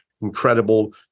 incredible